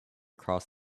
cross